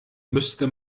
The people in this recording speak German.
müsste